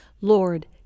Lord